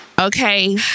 okay